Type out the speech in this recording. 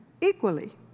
equally